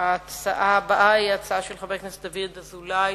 ההצעה הבאה היא ההצעה של חבר הכנסת דוד אזולאי,